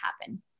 happen